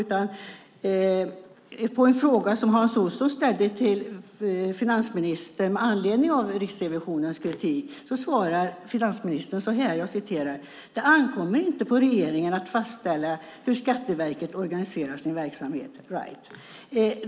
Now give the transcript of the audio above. På en fråga som Hans Olsson ställde till finansministern med anledning av Riksrevisionens kritik svarar finansministern så här: "Det ankommer inte på regeringen att fastställa hur Skatteverket organiserar sin verksamhet.